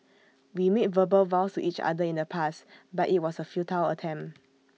we made verbal vows to each other in the past but IT was A futile attempt